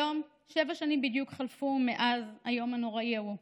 היום שבע שנים בדיוק חלפו מאז היום הנורא ההוא: